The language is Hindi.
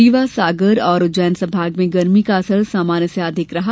रीवा सागर और उज्जैन संभाग में गर्मी का असर सामान्य से अधिक रहा